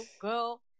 girl